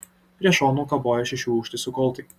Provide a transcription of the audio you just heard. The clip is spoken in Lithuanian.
prie šonų kabojo šešių užtaisų koltai